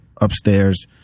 upstairs